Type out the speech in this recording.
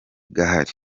gahari